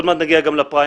עוד מעט נגיע גם לפריימריז,